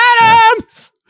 Adams